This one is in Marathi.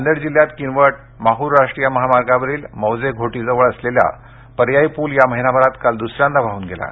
नांदेड जिल्ह्यात किनवट माहूर राष्ट्रीय महामार्गावरील मौजे घोटीजवळ असलेला पर्यायी पूल या महिनाभरात काल दुसऱ्यांदा वाहून गेला आहे